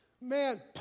Man